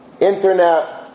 internet